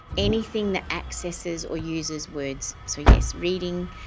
anything that accesses or uses words, so yes, reading,